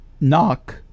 Knock